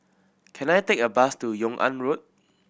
can I take a bus to Yung An Road